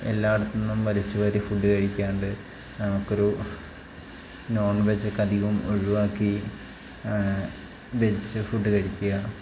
എല്ലായിടറ്വറ്ച്ത്തു നിന്നും വാരി ഫുഡ് കഴിക്കാതെ നമുക്ക് ഒരു നോൺ വെജൊക്കെ അധികം ഒഴിവാക്കി വെജ് ഫുഡ് കഴിക്കുക